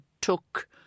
took